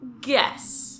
Guess